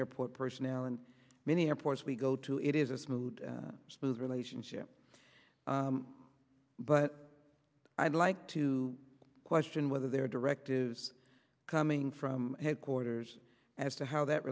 airport personnel and many airports we go to it is a smooth smooth relationship but i'd like to question whether there are directives coming from headquarters as to how that